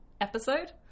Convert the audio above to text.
episode